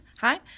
Hi